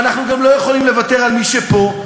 ואנחנו גם לא יכולים לוותר על מי שפה,